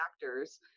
factors